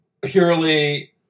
purely